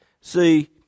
See